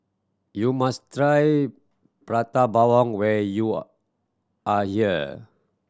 you must try Prata Bawang when you are here